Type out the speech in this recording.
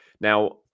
Now